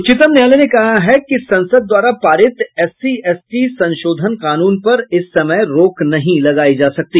उच्चतम न्यायालय ने कहा है कि संसद द्वारा पारित एससी एसटी संशोधन कानून पर इस समय रोक नहीं लगायी जा सकती